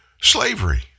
slavery